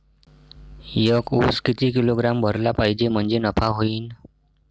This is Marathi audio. एक उस किती किलोग्रॅम भरला पाहिजे म्हणजे नफा होईन?